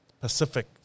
Pacific